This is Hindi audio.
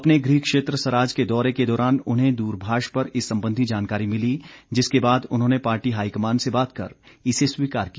अपने गृह क्षेत्र सराज के दौरे के दौरान उन्हें दूरभाष पर इस संबंधी जानकारी मिली जिसके बाद उन्होंने पार्टी हाईकमान से बात कर इसे स्वीकार किया